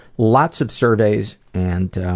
lots of surveys. and